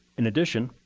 in addition,